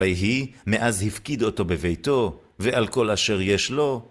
ויהי מאז הפקיד אותו בביתו, ועל כל אשר יש לו.